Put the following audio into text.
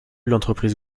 l’entreprise